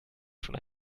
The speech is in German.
schon